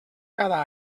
cada